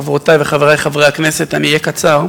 חברותי וחברי חברי הכנסת, אני אהיה קצר.